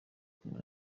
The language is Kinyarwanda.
kumwe